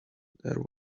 there